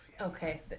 Okay